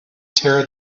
tear